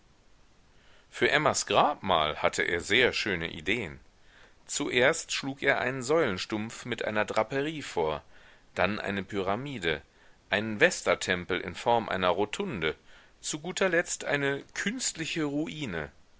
für emmas grabmal hatte er sehr schöne ideen zuerst schlug er einen säulenstumpf mit einer draperie vor dann eine pyramide einen vestatempel in form einer rotunde zu guter letzt eine künstliche ruine